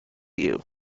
you